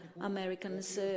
Americans